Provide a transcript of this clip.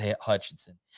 hutchinson